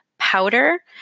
Powder